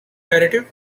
narrative